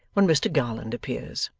when mr garland appears.